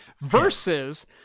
Versus